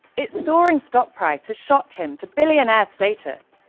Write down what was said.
its soaring stock price has shot him to billionaire status.